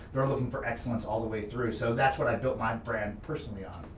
they're looking for excellence all the way through. so that's what i built my brand personally on.